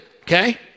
okay